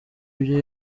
ibyo